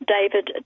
David